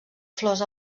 flors